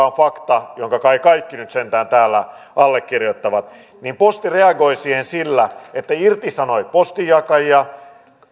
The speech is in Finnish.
on fakta jonka kai kaikki nyt sentään täällä allekirjoittavat niin posti reagoi siihen sillä että irtisanoi postinjakajia